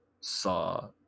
saw